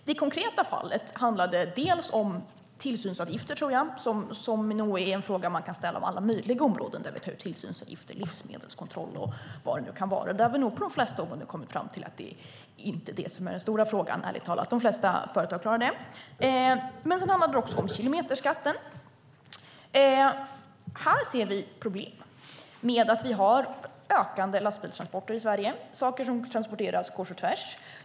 I det konkreta fallet handlade det om tillsynsavgifter, som nog är en fråga man kan ställa på alla möjliga områden där vi tar ut tillsynsavgifter - livsmedelskontroll och vad det nu kan vara. Där har vi nog på de flesta håll kommit fram till att det inte är detta som är den stora frågan. De flesta företag klarar det. Sedan handlar det om kilometerskatten. Här ser vi problem med ökande lastbilstransporter i Sverige. Det är saker som transporteras kors och tvärs.